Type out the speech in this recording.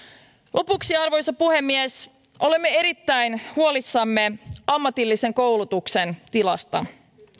lopuksi arvoisa puhemies olemme erittäin huolissamme ammatillisen koulutuksen tilasta